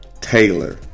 Taylor